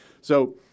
So-